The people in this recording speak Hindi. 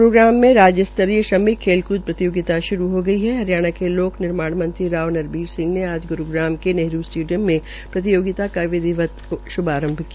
ग्रुग्राम में राज्य स्तरीय श्रमिक खेलकृद प्रतियोगिता श्रू हो गई है हरियाणा के लोक निर्माण मंत्री राव नरबीर सिंह ने आ ग्रुग्राम के प्रतियोगिता का विधिवत श्भारंभ किया